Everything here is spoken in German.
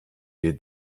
wir